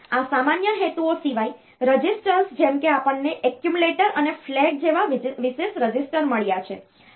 હવે આ સામાન્ય હેતુઓ સિવાય રજિસ્ટર્સ જેમ કે આપણને એક્યુમ્યુલેટર અને ફ્લેગ જેવા વિશેષ રજિસ્ટર મળ્યા છે